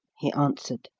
he answered.